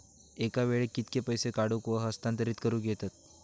एका वेळाक कित्के पैसे काढूक व हस्तांतरित करूक येतत?